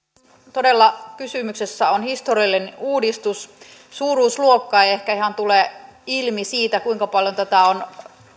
todella kysymyksessä on historiallinen uudistus suuruusluokka ei ehkä ihan tule ilmi siitä kuinka paljon tätä on